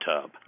tub